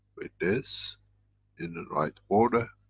with this in the right order